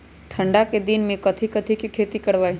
ठंडा के दिन में कथी कथी की खेती करवाई?